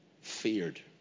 feared